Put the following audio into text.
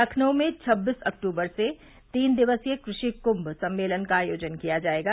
लखनऊ में छबीस अक्टूबर से तीन दिवसीय कृषि कुंम सम्मेलन का आयोजन किया जायेगा